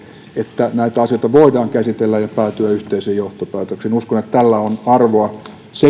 että näitä asioita voidaan käsitellä ja päätyä yhteiseen johtopäätökseen uskon että tällä on arvoa sekä